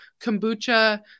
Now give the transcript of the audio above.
kombucha